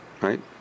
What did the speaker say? Right